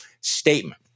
statement